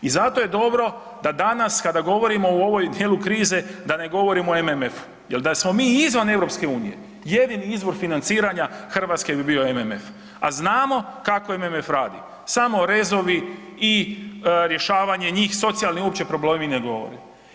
I zato je dobro da danas kada govorimo u ovoj djelu krize da ne govorimo o MMF-u jel da smo mi izvan EU jedini izvor financiranja Hrvatske bi bio MMF, a znamo kako je MMF radi, samo rezovi i rješavanje njih, socijalni uopće problemi ne govore.